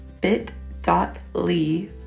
bit.ly